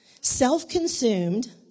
self-consumed